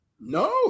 No